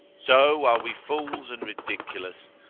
so are we fools and ridiculous,